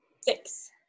Six